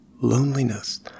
loneliness